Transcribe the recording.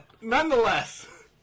Nonetheless